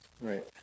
Right